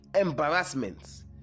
embarrassments